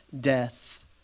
death